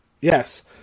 Yes